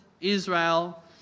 Israel